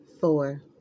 four